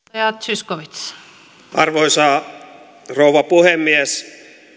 arvoisa rouva puhemies